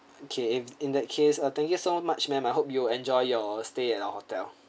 okay if in that case uh thank you so much ma'am I hope you'll enjoy your stay at our hotel